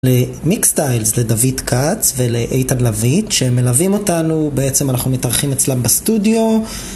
ל-mixtiles, לדוד כץ ולאיתן לוויט שהם מלווים אותנו בעצם אנחנו מתארכים אצלם בסטודיו